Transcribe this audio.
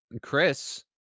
Chris